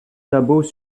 sabots